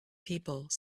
people